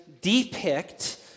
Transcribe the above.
depict